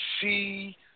see